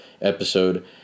episode